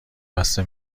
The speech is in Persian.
بسته